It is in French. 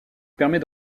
permet